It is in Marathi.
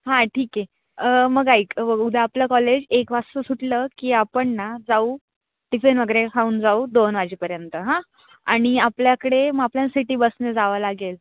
हां ठीक आहे मग ऐक उद्या आपला कॉलेज एक वाजता सुटलं की आपण ना जाऊ टिफिन वगैरे खाऊन जाऊ दोन वाजेपर्यंत हां आणि आपल्याकडे मग आपल्यान् सिटी बसने जावं लागेल